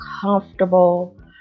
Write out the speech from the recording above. comfortable